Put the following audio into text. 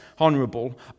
honourable